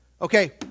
Okay